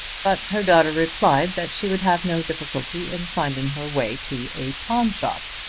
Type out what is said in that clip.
but her daughter replied that she would have no difficulty in finding her way to a pawn shop.